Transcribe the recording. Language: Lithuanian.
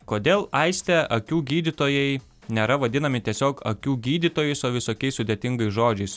kodėl aiste akių gydytojai nėra vadinami tiesiog akių gydytojais o visokiais sudėtingais žodžiais